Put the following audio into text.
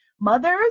mothers